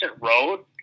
road